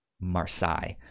Marseille